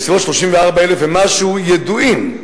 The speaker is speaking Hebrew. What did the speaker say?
בסביבות 34,000 ומשהו ידועים,